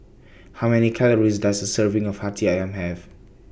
How Many Calories Does A Serving of Hati Ayam Have